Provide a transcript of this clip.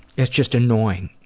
it's just annoying.